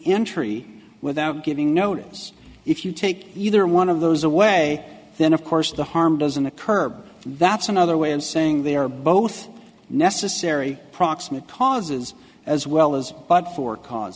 entry without giving notice if you take either one of those away then of course the harm doesn't occur but that's another way of saying they're both necessary proximate causes as well as but for cause